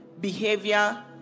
behavior